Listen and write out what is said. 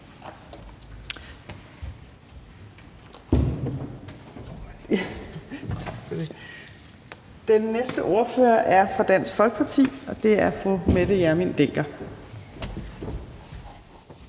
Den næste ordfører er fra Dansk Folkeparti, og det er fru Mette Hjermind Dencker.